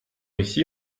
ici